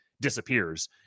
disappears